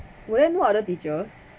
went no other teachers